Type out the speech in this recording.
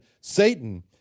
Satan